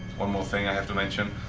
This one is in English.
one more thing i have to mention.